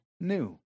new